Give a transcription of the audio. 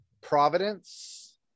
Providence